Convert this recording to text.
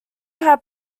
had